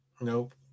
Nope